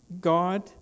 God